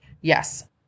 Yes